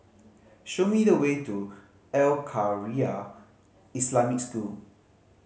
show me the way to Al Khairiah Islamic School